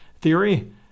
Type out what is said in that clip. theory